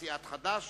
סיעת חד"ש,